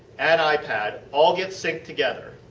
and ipad all get synced together.